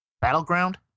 Battleground